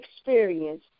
experience